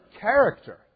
character